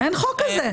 אין חוק כזה.